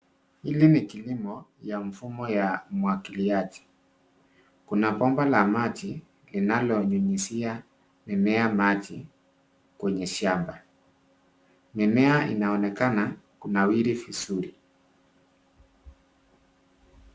Hili ni kilimo ya mfumo ya umwagiliaji. Kuna bomba la maji linalo nyunyuzia mimea maji kwenye shamba. Mimea inaonekana kunawiri vizuri.